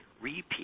repeat